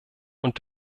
und